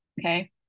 okay